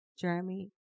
Jeremy